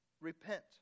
repent